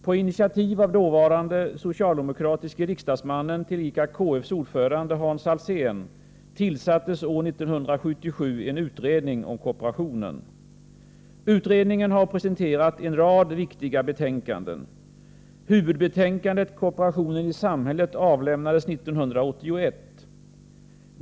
På initiativ av dåvarande socialdemokratiske riksdagsmannen, tillika KF:s ordförande, Hans Alsén tillsattes år 1977 en utredning om kooperationen. Utredningen har presenterat en rad viktiga betänkanden. Huvudbetänkandet Kooperationen i samhället avlämnades 1981.